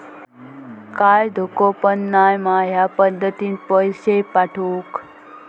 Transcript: काय धोको पन नाय मा ह्या पद्धतीनं पैसे पाठउक?